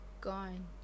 gone